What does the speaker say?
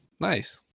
Nice